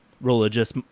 religious